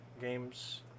games